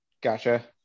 Gotcha